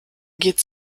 geht